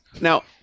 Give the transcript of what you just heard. Now